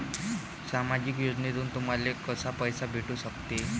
सामाजिक योजनेतून तुम्हाले कसा पैसा भेटू सकते?